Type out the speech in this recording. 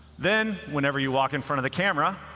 then, whenever you walk in front of the camera,